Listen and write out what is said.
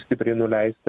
stipriai nuleista